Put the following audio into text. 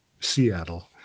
Seattle